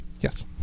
Yes